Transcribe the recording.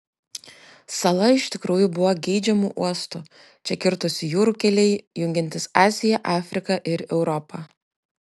sala iš tikrųjų buvo geidžiamu uostu čia kirtosi jūrų keliai jungiantys aziją afriką ir europą